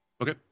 Okay